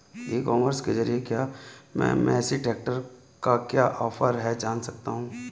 E commerce के ज़रिए क्या मैं मेसी ट्रैक्टर का क्या ऑफर है जान सकता हूँ?